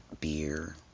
Beer